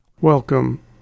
Welcome